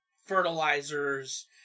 fertilizers